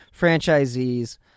franchisees